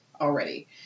already